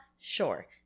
sure